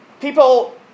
People